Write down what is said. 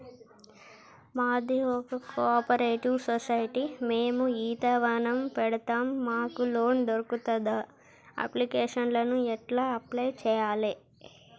మాది ఒక cooperative society మేము ఈత వనం పెడతం మాకు లోన్ దొర్కుతదా? అప్లికేషన్లను ఎట్ల అప్లయ్ చేయాలే?